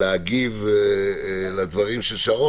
להגיב לדברים של שרון.